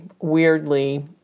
weirdly